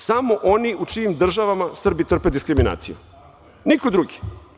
Samo oni u čijim državama Srbi trpe diskriminacije, niko drugi.